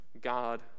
God